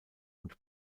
und